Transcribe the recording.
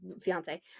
fiance